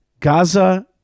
Gaza